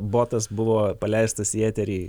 botas buvo paleistas į eterį